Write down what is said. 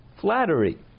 flattery